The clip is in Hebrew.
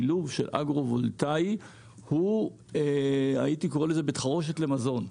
השילוב של אגרו-וולטאי הוא "בית חרושת למזון".